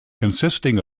consisting